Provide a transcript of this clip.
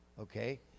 Okay